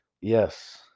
Yes